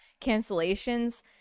cancellations